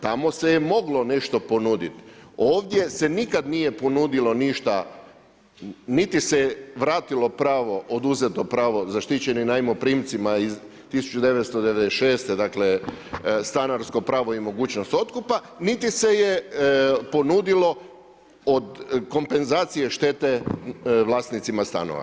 Tamo se je moglo nešto ponudit, ovdje se nikad nije ponudilo ništa niti se vratilo pravo, oduzeto pravo zaštićenim najmoprimcima iz 1996. dakle stanarsko pravo i mogućnost otkupa niti se je ponudilo od kompenzacije štete vlasnicima stanova.